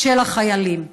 של החיילים.